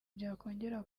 byakongera